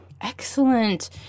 excellent